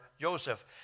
Joseph